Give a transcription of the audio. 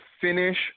finish